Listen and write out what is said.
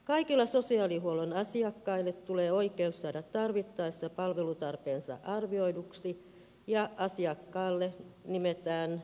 kaikille sosiaalihuollon asiakkaille tulee oikeus saada tarvittaessa palvelutarpeensa arvioiduksi ja asiakkaalle nimetään omatyöntekijä